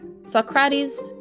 Socrates